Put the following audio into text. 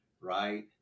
right